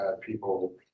people